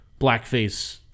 blackface